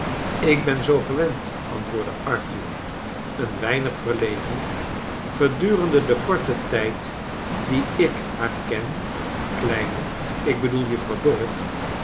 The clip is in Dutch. ik ben zoo gewend antwoordcle arthur een weinig verlegen gedurende den korten tijd dien ik haar ken kleine ik bedoel juffrouw dorrit